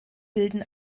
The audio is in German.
bilden